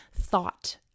thought